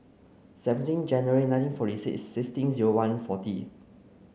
seventeen January nineteen forty six sixteen zero one forty